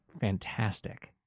fantastic